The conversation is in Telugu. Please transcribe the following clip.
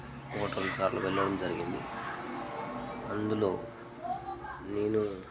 ఒకటి రెండు సార్లు వెళ్ళడం జరిగింది అందులో నేను